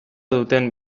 duten